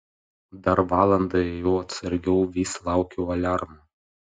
dar valandą ėjau atsargiau vis laukiau aliarmo